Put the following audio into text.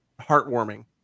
heartwarming